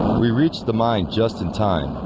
we reached the mine just in time.